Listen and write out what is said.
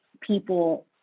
people